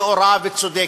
נאורה וצודקת.